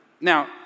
Now